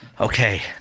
Okay